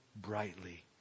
brightly